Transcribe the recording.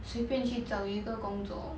随便去找一个工作